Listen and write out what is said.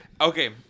Okay